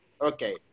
Okay